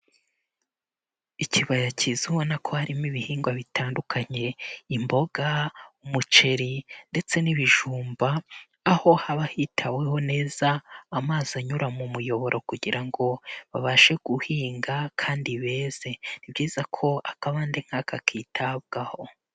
Ikibaya kiza ubabona ko harimo ibihingwa bitandukanye, imboga, umuceri, ndetse n'ibijumba, aho haba hitaweho neza, amazi anyura mu muyoboro kugira ngo babashe guhinga kandi beze, ni byiza ko akabande nk'aka kitabwaho.